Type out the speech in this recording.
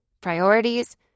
priorities